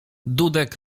dudek